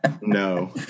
No